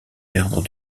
perdre